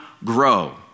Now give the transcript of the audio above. Grow